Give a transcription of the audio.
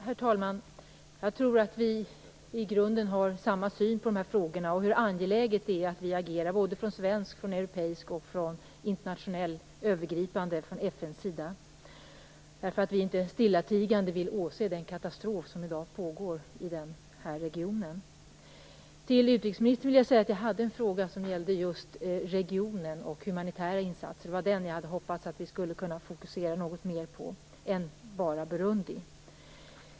Herr talman! Jag tror att vi i grunden har samma syn på dessa frågor och hur angeläget det är att vi agerar såväl från svensk, europeisk som internationell sida övergripande genom FN. Vi vill inte stillatigande åse den katastrof som pågår i dag i den här regionen. Jag vill säga till utrikesministern att jag hade en fråga som gällde just regionen och humanitära insatser. Jag hade hoppats att vi skulle kunna fokusera något mer på den och inte bara på Burundi.